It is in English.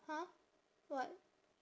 !huh! what